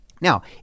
Now